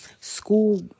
school